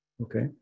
Okay